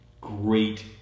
great